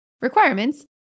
requirements